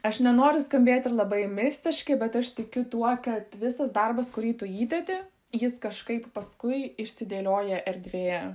aš nenoriu skambėt ir labai mistiškai bet aš tikiu tuo kad visas darbas kurį tu įdedi jis kažkaip paskui išsidėlioja erdvėje